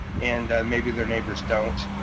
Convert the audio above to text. and maybe their neighbors don't.